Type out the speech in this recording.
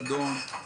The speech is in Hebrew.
רדון,